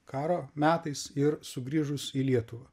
karo metais ir sugrįžus į lietuvą